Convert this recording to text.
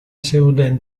zeuden